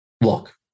look